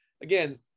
again